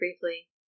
briefly